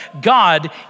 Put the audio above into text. God